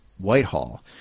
Whitehall